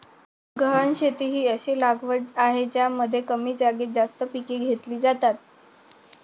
गहन शेती ही अशी लागवड आहे ज्यामध्ये कमी जागेत जास्त पिके घेतली जातात